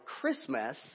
Christmas